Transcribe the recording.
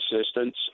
assistance